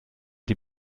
die